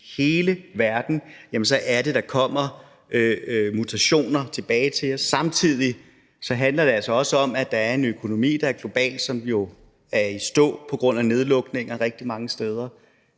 hele verden, kommer der mutationer tilbage til os. Samtidig handler det altså også om, at der er en økonomi, der globalt er gået i stå på grund af nedlukninger rigtig mange steder.